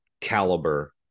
caliber